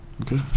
okay